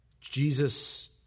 Jesus